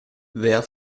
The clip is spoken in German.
wer